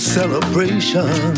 celebration